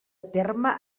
terme